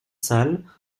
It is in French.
salle